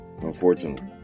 unfortunately